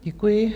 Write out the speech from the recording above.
Děkuji.